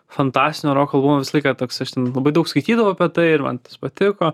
fantastinio roko albumą visą laiką toks aš ten labai daug skaitydavau apie tai ir man tas patiko